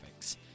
Graphics